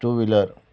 two wheeler